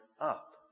up